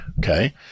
okay